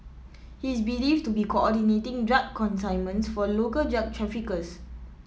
he is believed to be coordinating drug consignments for local drug traffickers